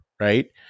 right